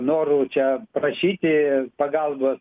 norų čia prašyti pagalbos